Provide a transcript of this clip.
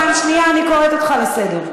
פעם שנייה אני קוראת אותך לסדר.